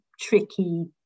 tricky